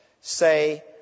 say